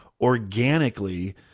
organically